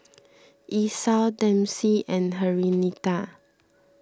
Esau Dempsey and Henrietta